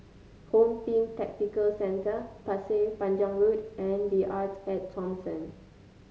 Home Team Tactical Center Pasir Panjang Road and The Arte At Thomson